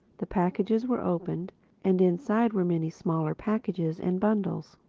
the packages were opened and inside were many smaller packages and bundles.